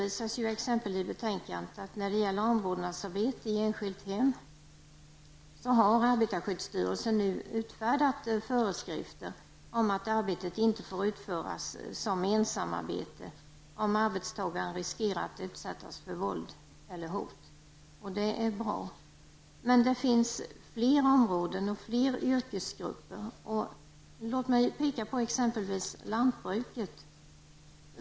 I betänkandet redovisas det bl.a. att arbetarskyddsstyrelsen har utfärdat nya föreskrifter om att omvårdnadsarbete i enskilt hem inte får utföras som ensamarbete om arbetstagaren riskerar att utsättas för våld eller hot. Det är bra. Men det finns fler områden och fler yrkesgrupper. Låt mig peka på t.ex. lantbruket.